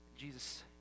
Jesus